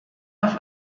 auf